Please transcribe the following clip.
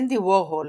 אנדי וורהול